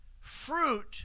fruit